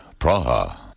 Praha